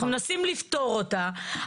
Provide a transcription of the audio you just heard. אנחנו מנסים לפתור אותה,